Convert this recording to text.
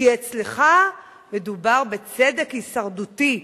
כי אצלך מדובר בצדק הישרדותי,